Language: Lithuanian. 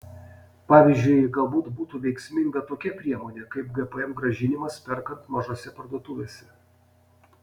pavyzdžiui galbūt būtų veiksminga tokia priemonė kaip gpm grąžinimas perkant mažose parduotuvėse